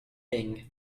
thing